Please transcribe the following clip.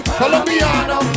colombiano